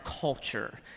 culture